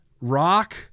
rock